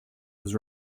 was